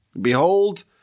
Behold